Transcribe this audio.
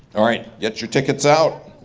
all right, get your tickets out.